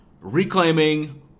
Reclaiming